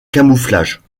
camouflage